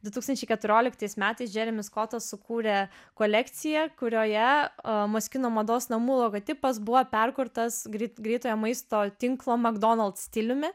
du tūkstančiai keturioliktais metais džeremis skotas sukūrė kolekciją kurioje kino mados namų logotipas buvo perkurtas greitgreitojo maisto tinklo mcdonalds stiliumi